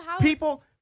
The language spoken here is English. People